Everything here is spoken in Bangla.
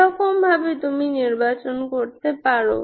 এরকমভাবে তুমি নির্বাচন করতে পারো